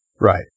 Right